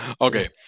Okay